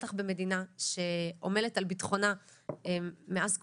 בטח במדינה שעומלת על בטוחה מאז קומה,